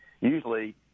usually